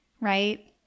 right